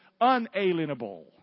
unalienable